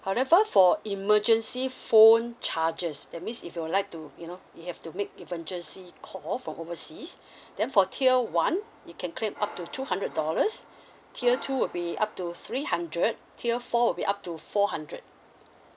however for emergency phone charges that means if you would like to you know you have to make emergency call from overseas then for tier one you can claim up to two hundred dollars tier two would be up to three hundred tier four will be up to four hundred